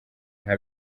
nta